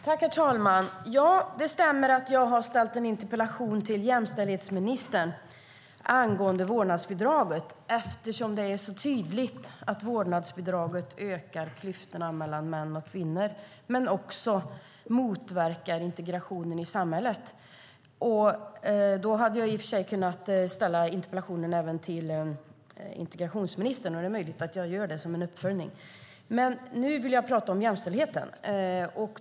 Herr talman! Det stämmer att jag har ställt en interpellation till jämställdhetsministern angående vårdnadsbidraget eftersom det är så tydligt att vårdnadsbidraget ökar klyftorna mellan män och kvinnor men också motverkar integrationen i samhället. Jag hade i och för sig kunnat ställa interpellationen även till integrationsministern, och det är möjligt att jag gör det som en uppföljning. Men nu vill jag tala om jämställdheten.